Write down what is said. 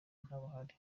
ntabahari